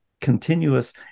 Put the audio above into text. continuous